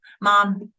mom